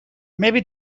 maybe